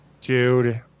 Dude